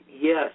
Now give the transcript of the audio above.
Yes